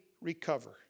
recover